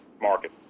market